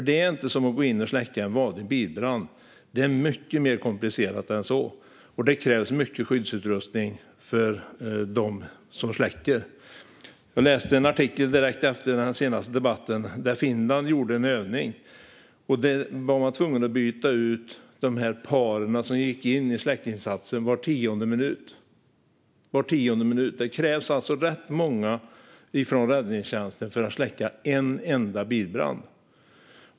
Det är inte som att gå in och släcka en vanlig bilbrand, utan det är mycket mer komplicerat än så. Det krävs också mycket skyddsutrustning för dem som släcker. Direkt efter den senaste debatten läste jag en artikel om att Finland gjort en övning där man varit tvungen att byta ut paren som gick in i släckningsinsatsen var tionde minut - var tionde minut! Det krävs alltså rätt många från räddningstjänsten för att släcka en enda bilbrand.